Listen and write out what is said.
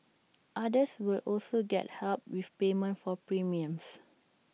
others will also get help with payment for premiums